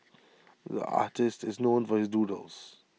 the artist is known for his doodles